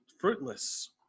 Fruitless